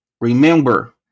Remember